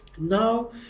Now